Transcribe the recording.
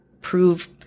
prove